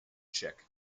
czech